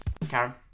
Karen